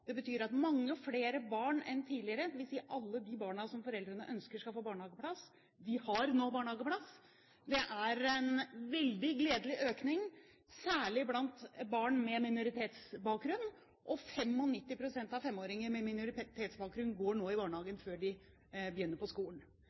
Det betyr at mange flere barn enn tidligere – dvs. alle de barna som foreldrene ønsker skal få barnehageplass – har nå barnehageplass. Det er en veldig gledelig økning, særlig blant barn med minoritetsbakgrunn, og 95 pst. av femåringer med minoritetsbakgrunn går nå i barnehagen før de begynner på skolen.